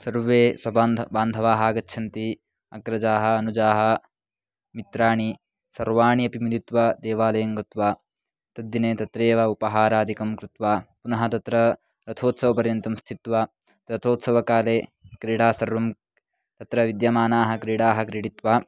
सर्वे स्वबान्धवः बान्धवाः आगच्छन्ति अग्रजाः अनुजाः मित्राणि सर्वाणि अपि मिलित्वा देवालङ्गत्वा तद्दिने तत्रैव उपाहारादिकं कृत्वा पुनः तत्र रथोत्सवपर्यन्तं स्थित्वा रथोत्सवकाले क्रीडा सर्वं तत्र विद्यमानाः क्रीडाः क्रीडित्वा